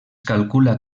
calcula